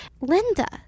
Linda